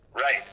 Right